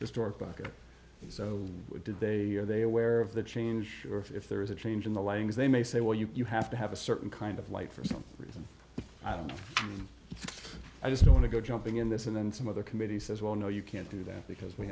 and so did they are they aware of the change or if there is a change in the language they may say well you have to have a certain kind of light for some reason i don't i just don't want to go jumping in this and then some other committee says well no you can't do that because we